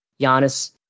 Giannis